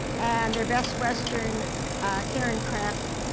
and the best western caring craft.